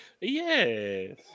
Yes